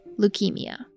leukemia